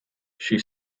she